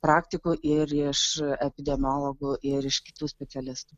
praktikų ir iš epidemiologų ir iš kitų specialistų